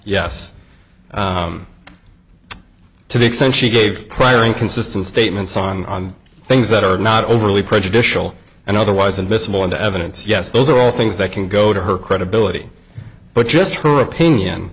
yes i'm to the extent she gave prior inconsistent statements on things that are not overly prejudicial and otherwise admissible into evidence yes those are all things that can go to her credibility but just her opinion